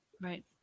Right